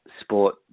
sport